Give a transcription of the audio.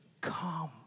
Come